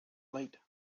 light